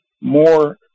more